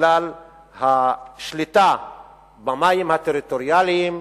ובגלל השליטה במים הטריטוריאליים,